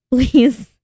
Please